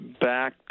back